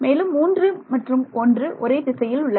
மேலும் 3 மற்றும் 1 ஒரே திசையில் உள்ளன